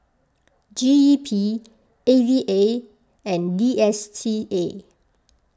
G E P A V A and D S T A